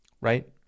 right